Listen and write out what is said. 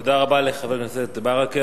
תודה רבה לחבר הכנסת ברכה.